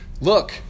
look